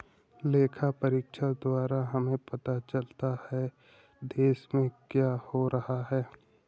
लेखा परीक्षक द्वारा हमें पता चलता हैं, देश में क्या हो रहा हैं?